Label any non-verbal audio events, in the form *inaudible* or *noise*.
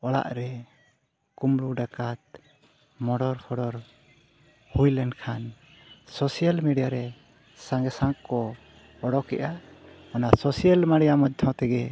ᱚᱲᱟᱜᱨᱮ ᱠᱩᱢᱵᱽᱲᱩ ᱰᱟᱠᱟᱛ *unintelligible* ᱦᱩᱭ ᱞᱮᱱᱠᱷᱟᱱ ᱨᱮ ᱥᱚᱸᱜᱮ ᱥᱚᱝᱠᱚ ᱩᱰᱩᱠᱮᱫᱼᱟ ᱚᱱᱟ ᱢᱟᱭᱫᱷᱚᱢ ᱛᱮᱜᱮ